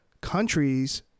countries